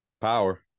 Power